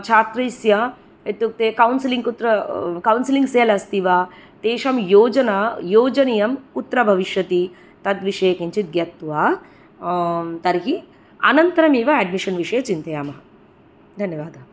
छात्रस्य इत्युक्ते कौन्सेलिङ्ग् कुत्र कौन्सेलिङ्ग् सेल् अस्ति वा तेषां योजना योजनीयं कुत्र भविष्यति तद्विषये किञ्चित् ज्ञात्वा तर्हि अनन्तरमेव एड्मिशन् विषये चिन्तयामः धन्यवादः